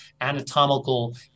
anatomical